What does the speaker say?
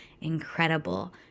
incredible